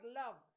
love